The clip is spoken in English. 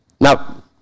Now